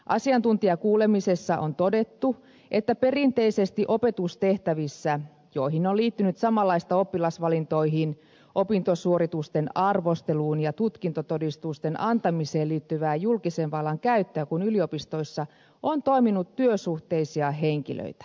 asiantuntijakuulemisessa on todettu että perinteisesti opetustehtävissä joihin on liittynyt samanlaista oppilasvalintoihin opintosuoritusten arvosteluun ja tutkintotodistusten antamiseen liittyvää julkisen vallan käyttöä kuin yliopistoissa on toiminut työsuhteisia henkilöitä